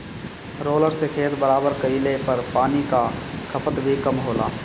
roller से खेत बराबर कइले पर पानी कअ खपत भी कम होला